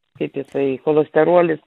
kaip jisai cholesterolis